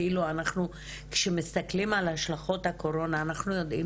כאילו כשאנחנו מסתכלים על השלכות נגיף הקורונה אנחנו יודעים